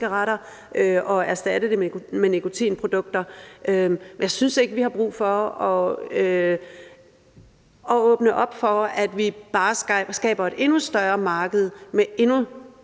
jeg synes ikke, vi har brug for at åbne op for bare at skabe et endnu større marked med endnu